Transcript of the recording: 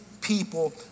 people